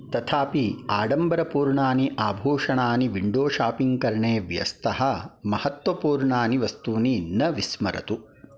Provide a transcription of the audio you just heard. तथापि आडम्बरपूर्णानि आभूषणानि विण्डो शापिङ्ग् करणे व्यस्तः महत्त्वपूर्णानि वस्तूनि न विस्मरतु